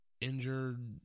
injured